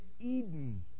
Eden